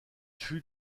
fut